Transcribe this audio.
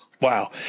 Wow